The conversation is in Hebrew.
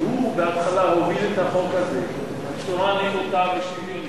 כי בהתחלה הוא הוביל את החוק הזה בצורה נאותה ושוויונית,